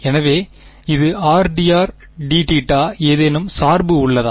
எனவே இது r dr dθ ஏதேனும் சார்பு உள்ளதா